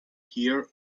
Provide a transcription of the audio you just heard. hear